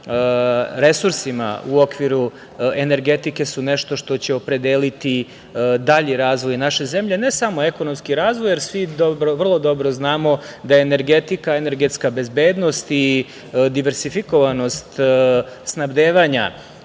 resursima u okviru energetike su nešto što će opredeliti dalji razvoj naše zemlje, ne samo ekonomski razvoj, jer svi vrlo dobro znamo da je energetika, energetska bezbednost i diverzifikovanost snabdevanja,